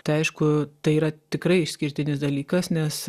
tai aišku tai yra tikrai išskirtinis dalykas nes